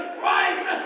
Christ